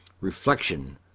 reflection